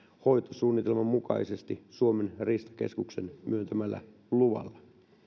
hoitosuunnitelman mukaisesti suomen riistakeskuksen myöntämällä luvalla